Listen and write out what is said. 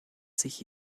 sich